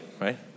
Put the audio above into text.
right